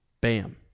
bam